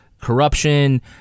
corruption